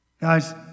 Guys